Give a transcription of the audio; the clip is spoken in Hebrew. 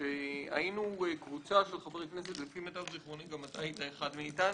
היינו קבוצת חברי כנסת שלמיטב זכרוני גם אתה היית אחד מאתנו,